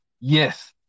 Yes